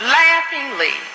laughingly